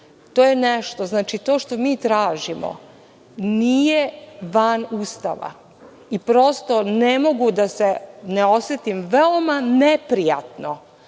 svoj jezik i pismo. To što mi tražimo nije van Ustava i prosto ne mogu da se ne osetim veoma neprijatno